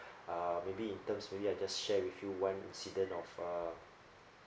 uh maybe in terms maybe I just share with you one incident of uh